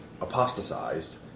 apostatized